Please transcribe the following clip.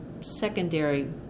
secondary